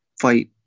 fight